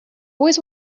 always